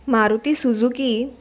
Maruti Suzuki